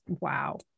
wow